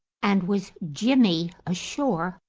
and was jimmy ashore,